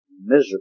miserable